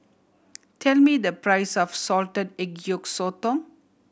tell me the price of salted egg yolk sotong